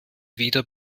wieder